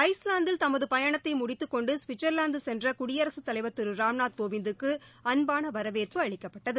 ஐஸ்லாந்தில் தமது பயனத்தை முடித்துக் கொண்டு ஸ்விட்சா்வாந்து சென்ற குடியரசுத் தலைவா் திரு ராம்நாத் கோவிந்த்துக்கு அன்பான வரவேற்பு அளிக்கப்பட்டது